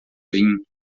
vim